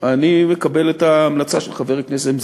אני מקבל את ההמלצה של חבר הכנסת נסים זאב.